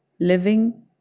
living